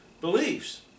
beliefs